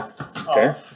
Okay